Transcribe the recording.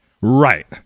Right